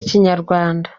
ikinyarwanda